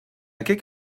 kick